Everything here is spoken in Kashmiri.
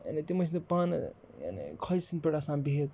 یعنی تِم ٲسۍ نہٕ پانہٕ یعنی کھۄجہِ سٕنٛدۍ پٲٹھۍ آسان بِہِتھ